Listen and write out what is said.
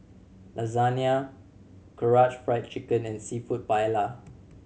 Lasagna Karaage Fried Chicken and Seafood Paella